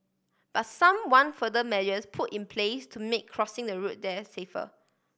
but some want further measures put in place to make crossing the road there safer